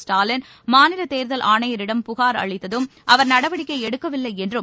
ஸ்டாலின் மாநில தேர்தல் ஆணையரிடம் புகார் அளித்தும் அவர் நடவடிக்கை எடுக்கவில்லை என்றும்